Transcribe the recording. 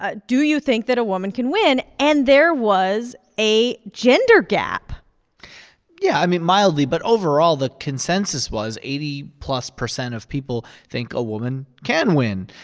ah do you think that a woman can win? and there was a gender gap yeah, i mean, mildly. but overall, the consensus was eighty plus percent of people think a woman can win.